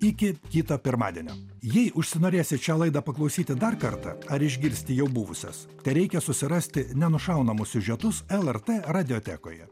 iki kito pirmadienio jei užsinorėsit šią laidą paklausyti dar kartą ar išgirsti jau buvusias tereikia susirasti nenušaunamus siužetus lrt radiotekoje